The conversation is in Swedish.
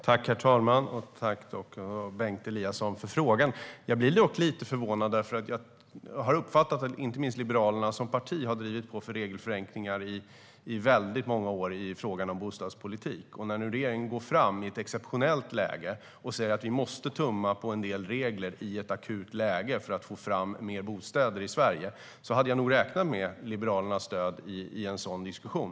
Herr talman! Tack, Bengt Eliasson, för frågan! Jag blir lite förvånad, för jag har uppfattat att inte minst Liberalerna som parti har drivit på för regelförenklingar i väldigt många år i frågan om bostadspolitik. När nu regeringen går fram i ett exceptionellt läge och säger att vi måste tumma på en del regler i ett akut läge för att få fram mer bostäder i Sverige hade jag nog räknat med Liberalernas stöd i en sådan diskussion.